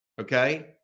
Okay